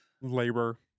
labor